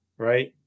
Right